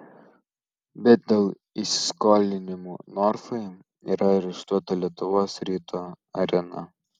bet dėl įsiskolinimų norfai yra areštuota lietuvos ryto arena